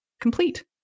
complete